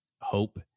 hope